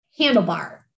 handlebar